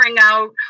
out